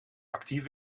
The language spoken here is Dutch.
actief